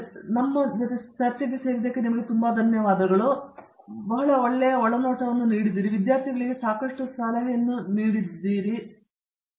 ನೀವು ನಮ್ಮೊಂದಿಗೆ ಸೇರಲು ತುಂಬಾ ಧನ್ಯವಾದಗಳು ನಾನು ನಿಮಗೆ ಬಹಳ ಸಂತೋಷವನ್ನು ನೀಡಿದ್ದೇನೆ ಎಂದು ನಾನು ಭಾವಿಸುತ್ತೇನೆ ಮತ್ತು ನಾನು ವಿದ್ಯಾರ್ಥಿಗಳಿಗೆ ಸಾಕಷ್ಟು ಸಲಹೆಯನ್ನು ನೀಡುವುದು ಒಳಿತು ಎಂದು ಯೋಚಿಸುತ್ತಿದ್ದೇನೆ